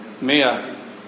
Mia